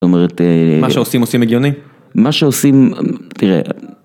זאת אומרת, מה שעושים עושים הגיוני? מה שעושים, תראה